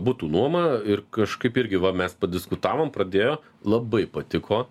butų nuoma ir kažkaip irgi va mes padiskutavom pradėjo labai patiko